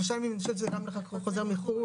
שלושה ימים אני חושבת שזה רק לחוזרים מחו"ל.